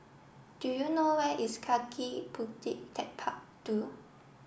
do you know where is Kaki Bukit Techpark two